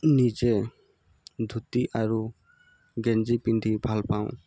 নিজে ধুতি আৰু গেঞ্জি পিন্ধি ভাল পাওঁ